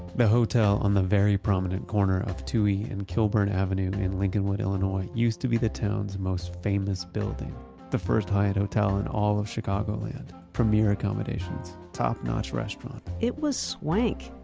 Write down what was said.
the hotel on the very prominent corner of touhy and kilbourn avenues in lincolnwood illinois used to be the town's most famous building the first hyatt hotel in all of chicagoland, premiere accommodations, top-notch restaurant it was swank!